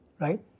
right